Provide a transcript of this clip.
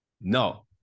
No